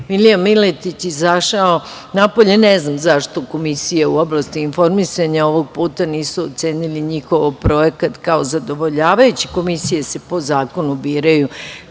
Milija Miletić izašao napolje, ne znam zašto komisija u oblasti informisanja ovog puta nisu ocenili njihov projekat kao zadovoljavajući. Komisije se po zakonu biraju